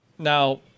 Now